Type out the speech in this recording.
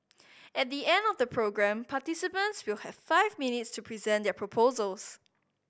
at the end of the programme participants will have five minutes to present their proposals